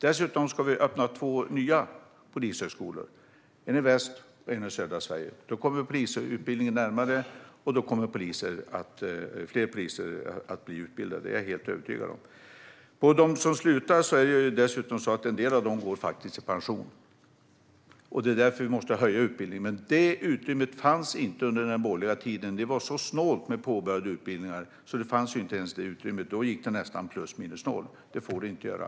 Dessutom öppnas två nya polishögskolor, en i väst och en i södra Sverige. Då kommer det att utbildas fler poliser, det är jag helt övertygad om. Av dem som slutar är det en del som faktiskt går i pension. Det är därför som vi måste öka utbildningen. Men det utrymmet fanns inte under den borgerliga tiden. Då var det så snålt med antalet påbörjade utbildningar att det gick nästan plus minus noll. Det får det inte göra.